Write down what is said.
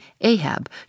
Ahab